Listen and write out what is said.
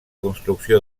construcció